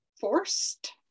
forced